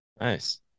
Nice